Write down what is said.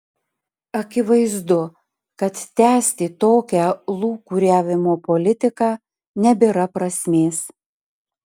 akivaizdu kad tęsti tokią lūkuriavimo politiką nebėra prasmės